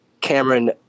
Cameron